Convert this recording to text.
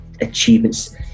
achievements